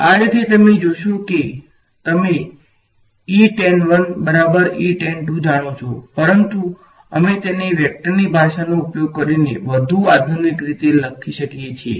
આ રીતે તમે જોશો કે તમે જાણો છો પરંતુ અમે તેને વેક્ટર્સની ભાષાનો ઉપયોગ કરીને વધુ આધુનિક રીતે લખી શકીએ છીએ